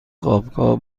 خوابگاه